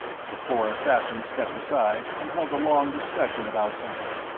the four assassins stepped aside and held a long discussion about something,